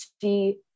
see